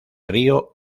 río